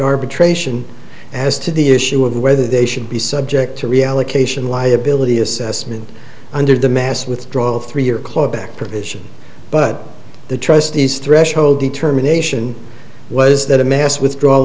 arbitration as to the issue of whether they should be subject to reallocation liability assessment under the mass withdraw all three year clawback provision but the trustees threshold determination was that a mass withdrawal